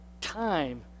time